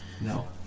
No